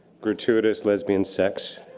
gratuitous lesbian sex.